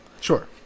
Sure